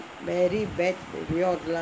very bad they all lah